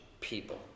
people